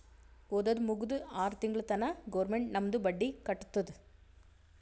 ಓದದ್ ಮುಗ್ದು ಆರ್ ತಿಂಗುಳ ತನಾ ಗೌರ್ಮೆಂಟ್ ನಮ್ದು ಬಡ್ಡಿ ಕಟ್ಟತ್ತುದ್